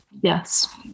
Yes